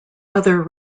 other